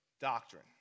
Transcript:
doctrine